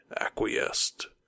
acquiesced